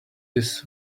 this